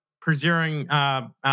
preserving